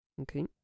Okay